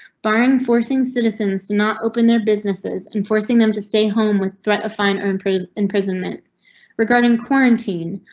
barring forcing citizens to not open their businesses and forcing them to stay home with threat of fine and imprisonment regarding quarantine,